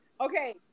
Okay